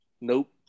Nope